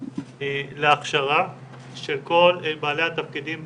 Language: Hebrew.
להכשרה של כל בעלי התפקידים באבטחה.